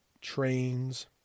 trains